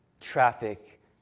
Traffic